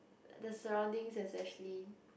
the surroundings is actually